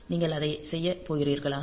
நீங்கள் அதை செய்யப் போகிறீர்களா